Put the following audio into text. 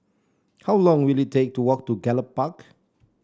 how long will it take to walk to Gallop Park